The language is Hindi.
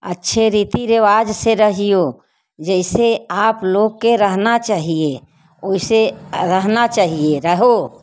अच्छे रीति रिवाज से रहीयो जैसे आप लोग के रहना चाहिए ओइसे रहना चाहिए रहो